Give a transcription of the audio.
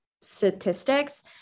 statistics